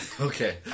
Okay